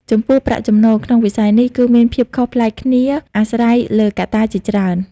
ចំពោះ ប្រាក់ចំណូល ក្នុងវិស័យនេះ គឺមានភាពខុសប្លែកគ្នាអាស្រ័យលើកត្តាជាច្រើន។